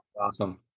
Awesome